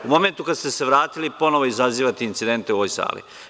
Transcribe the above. U momentu kada ste se vratili, ponovo izazivate incidente u ovoj sali.